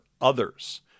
others